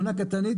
תאונה קטלנית,